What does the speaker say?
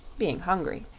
being hungry.